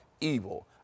evil